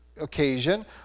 occasion